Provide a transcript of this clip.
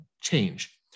change